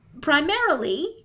primarily